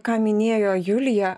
ką minėjo julija